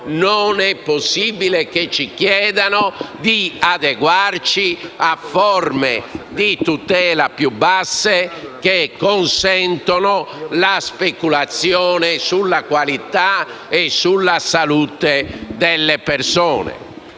Non è possibile che ci chiedano di adeguarci a forme di tutela più basse, che consentono di speculare sulla qualità dei prodotti e sulla salute delle persone.